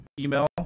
email